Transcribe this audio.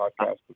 podcast